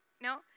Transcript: No